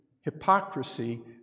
hypocrisy